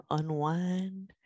unwind